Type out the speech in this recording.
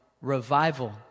revival